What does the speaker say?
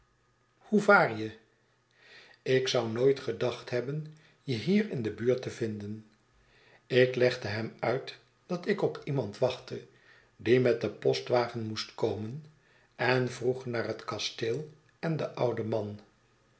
hoe vaar je ik zou nooit gedacht hebben je hier in de buurt te vinden ik legde hem uit dat ik op iemand wachtte die met den postwagen moest komen envroeg naar het kasteel en den ouden man